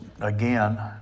again